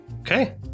Okay